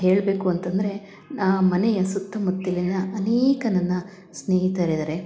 ಹೇಳಬೇಕು ಅಂತಂದರೆ ಆ ಮನೆಯ ಸುತ್ತಮುತ್ತಲಿನ ಅನೇಕ ನನ್ನ ಸ್ನೇಹಿತರಿದ್ದಾರೆ